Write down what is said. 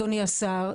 אדוני השר,